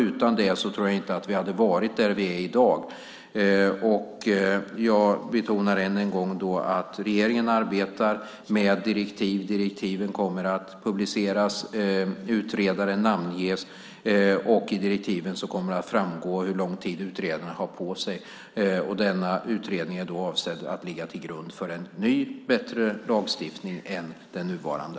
Utan det tror jag inte att vi hade varit där vi är i dag. Jag betonar än en gång att regeringen arbetar med direktiv. Direktiven kommer att publiceras och utredare namnges. I direktiven kommer det att framgå hur lång tid utredaren har på sig. Denna utredning är avsedd att ligga till grund för en ny, bättre lagstiftning än den nuvarande.